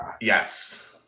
Yes